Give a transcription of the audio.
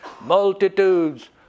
multitudes